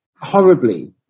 horribly